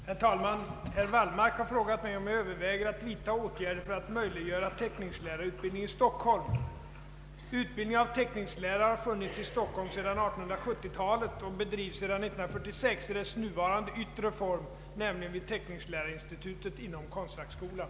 Herr talman! Herr Wallmark har frågat mig om jag överväger att vidta åtgärder för att möjliggöra teckningslärarutbildning i Stockholm. Utbildning av teckningslärare har funnits i Stockholm sedan 1870-talet och bedrivs sedan 1946 i dess nuvarande yttre form, nämligen vid teckningslärarinstitutet inom konstfackskolan.